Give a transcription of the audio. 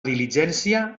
diligència